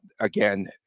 again